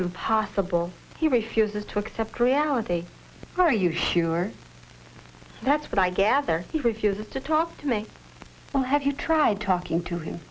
impossible he refuses to accept reality are you sure that's what i gather he refuses to talk to me well have you tried talking to him